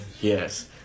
Yes